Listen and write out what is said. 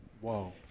Whoa